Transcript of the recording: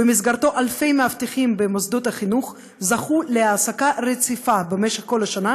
שלפיו אלפי מאבטחים במוסדות החינוך זכו להעסקה רציפה במשך כל השנה,